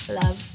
love